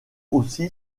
aussi